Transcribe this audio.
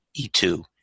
E2